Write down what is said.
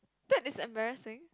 that is embarrassing